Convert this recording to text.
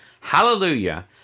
Hallelujah